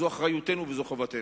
זו אחריותנו וזו חובתנו.